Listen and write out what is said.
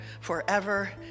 forever